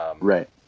Right